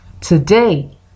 today